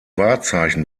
wahrzeichen